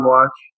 Watch